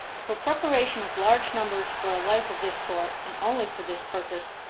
for preparation of large numbers for a life of this sort, and only for this purpose,